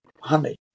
honey